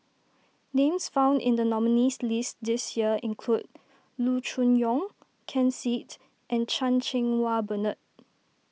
names found in the nominees' list this year include Loo Choon Yong Ken Seet and Chan Cheng Wah Bernard